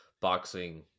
boxing